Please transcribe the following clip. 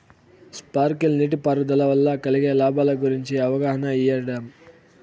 Sprinkle నీటిపారుదల వల్ల కలిగే లాభాల గురించి అవగాహన ఇయ్యడం?